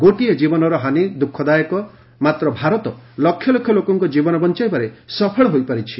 ଗୋଟିଏ ଜୀବନର ହାନି ଦୁଃଖଦାୟକ ମାତ୍ର ଭାରତ ଲକ୍ଷ ଲୋକଙ୍କ ଜୀବନ ବଞ୍ଚାଇବାରେ ସଫଳ ହୋଇପାରିଛି